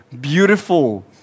beautiful